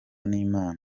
n’imana